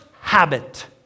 habit